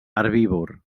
herbívor